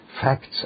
Facts